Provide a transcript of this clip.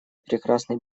прекрасный